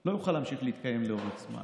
לא יוכל להמשיך להתקיים לאורך זמן.